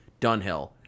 Dunhill